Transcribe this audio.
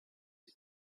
you